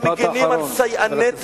משפט אחרון, חבר הכנסת בן-ארי.